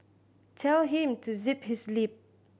tell him to zip his lip